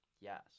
Yes